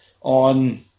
on